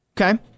Okay